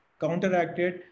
counteracted